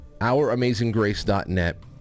ouramazinggrace.net